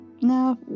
No